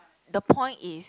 the point is